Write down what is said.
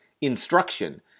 instruction